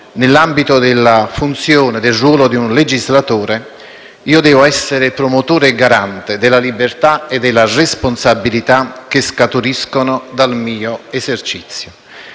nell'ambito e nella funzione del ruolo di legislatore, io devo essere promotore e garante della libertà e della responsabilità che scaturiscono dal mio esercizio